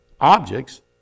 objects